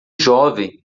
jovem